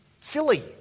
silly